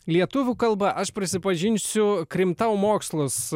lietuvių kalba aš prisipažinsiu krimtau mokslus